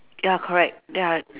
ya correct ya